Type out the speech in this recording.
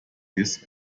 his